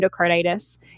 endocarditis